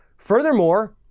furthermore,